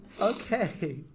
Okay